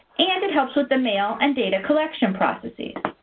and it helps with the mail and data collection processes.